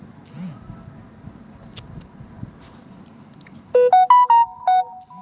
हमर खतवा के पैसवा यू.पी.आई स केना जानहु हो?